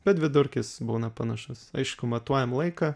bet vidurkis būna panašus aišku matuojam laiką